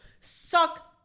suck